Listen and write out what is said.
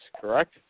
correct